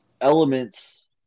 elements